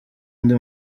undi